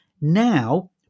Now